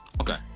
Okay